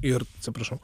ir atsiprašau